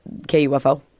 KUFO